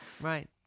Right